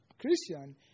Christian